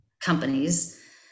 companies